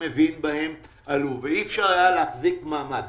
מבין בהם עלו ואי אפשר היה להחזיק מעמד.